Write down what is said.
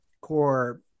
core